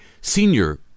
senior